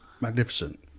magnificent